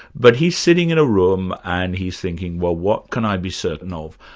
but he's sitting in a room, and he's thinking, well what can i be certain of?